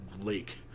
lake